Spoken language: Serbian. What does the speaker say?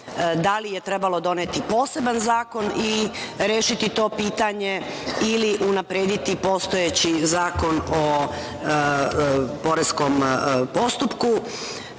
da li je trebalo doneti poseban zakon i rešiti to pitanje ili unaprediti postojeći Zakon o poreskom postupku.